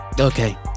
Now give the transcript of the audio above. Okay